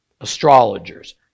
astrologers